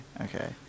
Okay